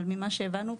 אבל ממה שהבנו,